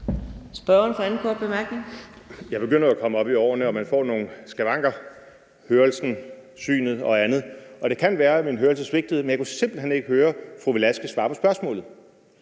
Jeg begynder jo at komme op i årene, og man får jo nogle skavanker, altså hørelsen, synet og andet, og det kan være, at min hørelse svigtede, men jeg kunne simpelt hen ikke høre fru Victoria Velasquez svare på spørgsmålet.